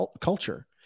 culture